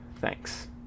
Thanks